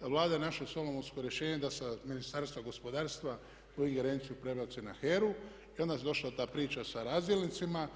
Vlada je našla solomonsko rješenje da sa Ministarstva gospodarstva tu ingerenciju prebaci na HER-a i onda je došla ta priča sa razdjelnicima.